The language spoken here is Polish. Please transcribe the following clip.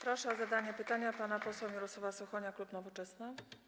Proszę o zadanie pytania pana posła Mirosława Suchonia, klub Nowoczesna.